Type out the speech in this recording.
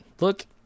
look